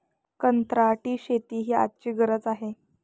कंत्राटी शेती ही आजची गरज आहे